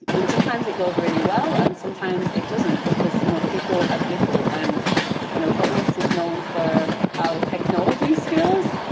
and sometimes it goes really well, and sometimes it doesn't, because you know people are people, and you know thoughtworks is known for our technology skills,